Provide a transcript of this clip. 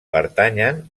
pertanyen